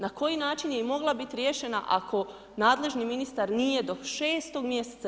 Na koji način je i mogla bit riješena ako nadležni ministar nije do 6. mj.